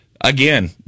again